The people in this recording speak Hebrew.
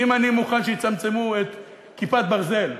אם אני מוכן שיצמצמו את "כיפת ברזל",